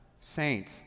saint